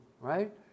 right